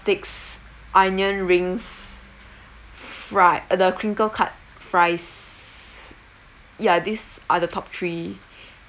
sticks onion rings fri~ uh the crinkle cut fries ya these are the top three